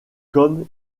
comme